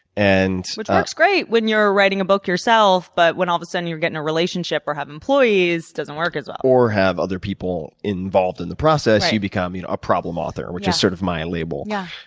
and which works great when you're writing a book yourself. but when all of a sudden you get in a relationship or have employees, it doesn't work as well. or have other people involved in the process. you become you know a problem author, which is sort of my label. yeah